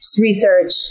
research